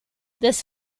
this